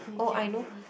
oh I know